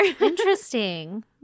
Interesting